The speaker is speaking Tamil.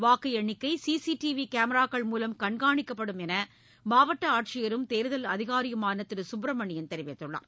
வாக்கு எண்ணிக்கை சி சி டி வி கேமராக்கள் மூலம் கண்காணிக்கப்படும் என்று மாவட்ட ஆட்சியரும் தேர்தல் அதிகாரியுமான திரு சுப்பிரமணியன் தெரிவித்துள்ளார்